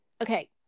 okay